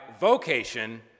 vocation